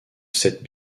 sept